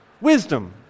Wisdom